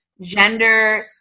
gender